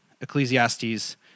Ecclesiastes